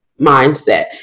mindset